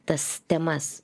tas temas